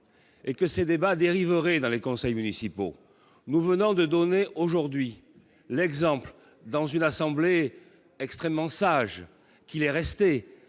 et que ces débats dériveurs et dans les conseils municipaux, nous venons de donner aujourd'hui l'exemple dans une assemblée extrêmement sage qu'il est resté